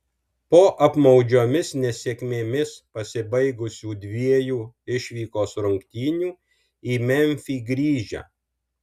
po apmaudžiomis nesėkmėmis pasibaigusių dviejų išvykos rungtynių į memfį grįžę